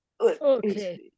Okay